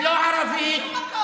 לא מבינה לא עברית ולא ערבית,